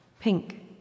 Pink